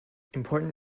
important